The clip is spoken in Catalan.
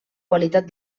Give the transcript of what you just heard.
qualitat